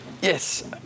yes